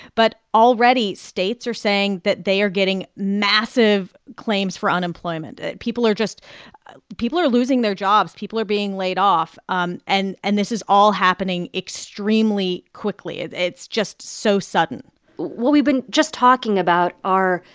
but already, states are saying that they are getting massive claims for unemployment. people are just people are losing their jobs. people are being laid off, um and and this is all happening extremely quickly. it's just so sudden well, we've been just talking about our,